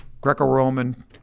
Greco-Roman